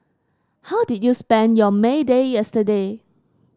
how did you spend your May Day yesterday